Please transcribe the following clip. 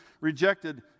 rejected